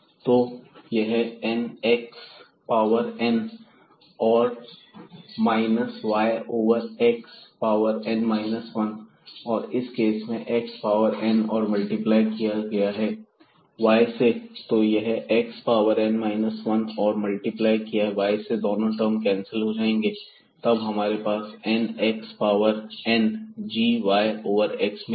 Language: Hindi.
तो यह n x पावर n और minus y over x power n 1 और इस केस में x पावर n और मल्टीप्लाई किया गया है y से तो यह x पावर n 1 और मल्टीप्लाई किया है y से यह दोनों टर्म कैंसिल हो जाएंगे और हमारे पास n x power n g y over x मिलेगा